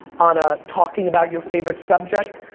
on a talking about your favorite subject.